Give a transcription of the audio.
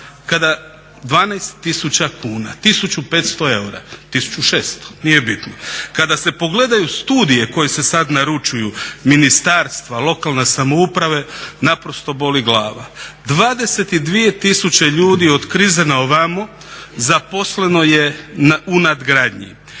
Kada 12 tisuća kuna, 1500 eura, 1600 nije bitno, kad se pogledaju studije koje se sad naručuju ministarstva, lokalna samouprave naprosto boli glava. Dvadeset i dvije tisuće ljudi od krize na ovamo zaposleno je u nadgradnji,